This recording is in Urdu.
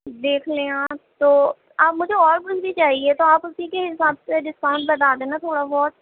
دیکھ لیں آپ تو آپ مجھے اور کچھ بھی چاہیے تھا آپ اسی کے حساب سے ڈسکاؤنٹ لگا دینا تھوڑا بہت